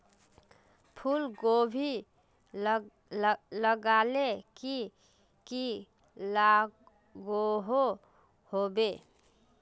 फूलकोबी लगाले की की लागोहो होबे?